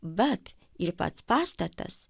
bet ir pats pastatas